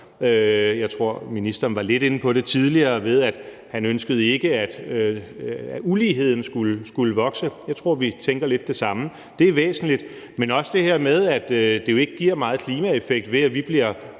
jeg tror, ministeren var lidt inde på det tidligere, ved at han ikke ønskede, at uligheden skulle vokse, og jeg tror, at vi tænker lidt det samme, for det er væsentligt – men også det her med, at det jo ikke giver meget klimaeffekt, at vi bliver